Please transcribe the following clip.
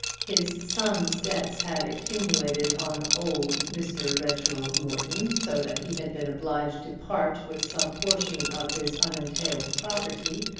his son's debts had accumulated on old mr. reginald morton, so that he had been obliged to part with some portion of his unentailed property,